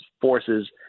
forces